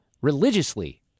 religiously